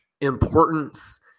importance